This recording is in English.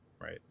right